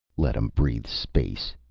let'em breathe space!